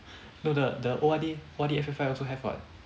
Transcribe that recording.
no the the O_R_D F_F_I also have ah